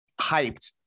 hyped